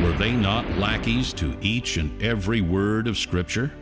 were they not lackies to each and every word of scripture